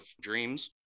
dreams